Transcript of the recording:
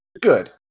Good